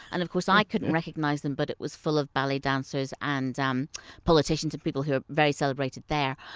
and of course i couldn't recognize them, but it was full of belly dancers, and um politicians and people who were very celebrated there.